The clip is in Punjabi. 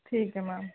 ਠੀਕ ਹੈ ਮੈਮ